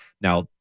Now